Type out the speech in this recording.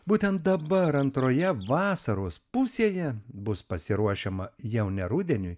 būtent dabar antroje vasaros pusėje bus pasiruošiama jau ne rudeniui